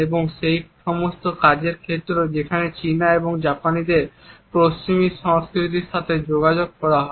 এবং সেই সমস্ত কাজের ক্ষেত্র যেখানে চীনা ও জাপানিদের পশ্চিমা সংস্কৃতির সাথে যোগাযোগ করতে হয়